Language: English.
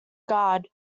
guard